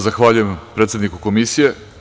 Zahvaljujem predsedniku Komisije.